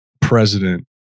president